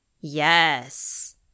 Yes